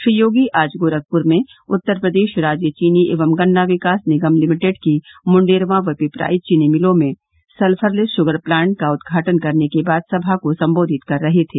श्री योगी आज गोरखपुर में उत्तर प्रदेश राज्य चीनी एवं गन्ना विकास निगम लिमिटेड की मुंडेरवा और पिपराइच चीनी मिलों में सल्फरलेस शुगर प्लांट का उद्घाटन करने के बाद सभा को संबोधित कर रहे थे